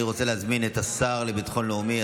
אני רוצה להזמין את השר לביטחון לאומי,